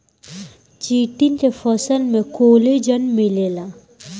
chitin के फसल में कोलेजन मिलेला